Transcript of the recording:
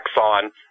on